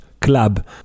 club